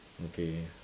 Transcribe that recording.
okay